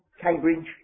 Cambridge